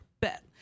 bet